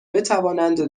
بتوانند